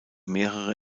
mehrere